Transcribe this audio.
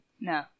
No